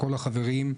כל החברים,